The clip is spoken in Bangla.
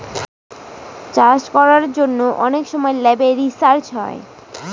চাষ করার জন্য অনেক সব ল্যাবে রিসার্চ হয়